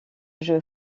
jeu